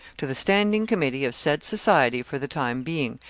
to the standing committee of said society for the time being,